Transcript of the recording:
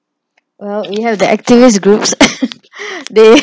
well we have the activist groups they